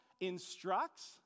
instructs